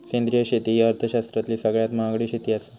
सेंद्रिय शेती ही अर्थशास्त्रातली सगळ्यात महागडी शेती आसा